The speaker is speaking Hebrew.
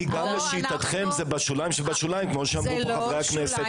גם לשיטתכם זה בשוליים שבשוליים כפי שאמרו חברי הכנסת.